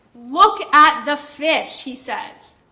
look at the fish, he says,